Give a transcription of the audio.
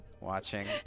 watching